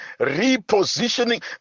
repositioning